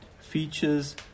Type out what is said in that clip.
features